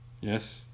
Yes